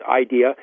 idea